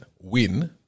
win